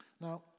Now